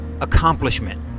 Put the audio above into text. accomplishment